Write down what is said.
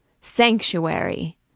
Sanctuary